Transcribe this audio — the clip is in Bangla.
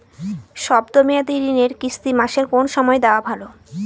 শব্দ মেয়াদি ঋণের কিস্তি মাসের কোন সময় দেওয়া ভালো?